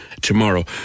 tomorrow